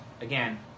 Again